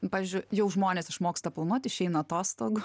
pavyzdžiui jau žmonės išmoksta planuoti išeina atostogų